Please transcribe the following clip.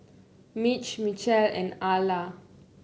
Mitch Michelle and Ala